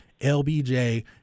LBJ